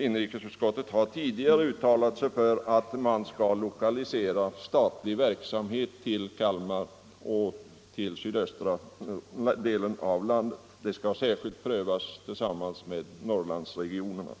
Inrikesutskottet har tidigare uttalat sig för att man skall lokalisera statlig verksamhet till Kalmar och till den sydöstra delen av landet i övrigt. Sådana lokaliseringar skall särskilt prövas tillsammans med motsvarande behov för Norrlandsregionerna.